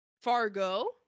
Fargo